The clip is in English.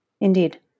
Indeed